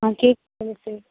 ആ കേ പറയൂ സാർ